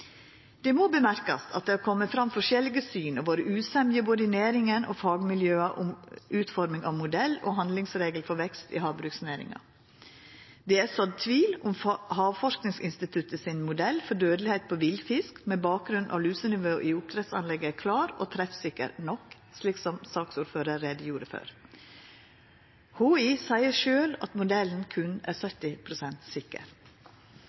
Det må seiast at det har kome fram forskjellige syn og vore usemje både i næringa og i fagmiljøa om utforming av modell og handlingsregel for vekst i havbruksnæringa. Det er sådd tvil om Havforskingsinstituttet, HI, sin modell for dødelegheit på villfisk med bakgrunn i lusenivå i oppdrettsanlegga er klar og treffsikker nok, slik som saksordføraren gjorde greie for. HI seier sjølv at modellen berre er 70 pst. sikker.